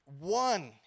one